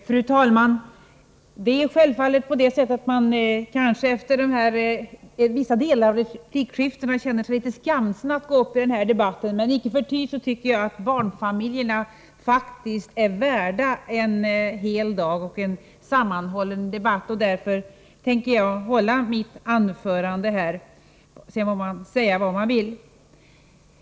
Fru talman! Självfallet känner man sig, efter vissa delar av replikskiftena, litet skamsen över att gå upp i debatten. Men icke förty tycker jag att barnfamiljerna är värda en hel dag och en sammanhållen debatt, och därför tänker jag hålla mitt anförande. Sedan må man säga vad man vill.